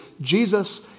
Jesus